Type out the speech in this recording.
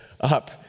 up